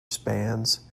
spans